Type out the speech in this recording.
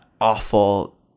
awful